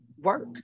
work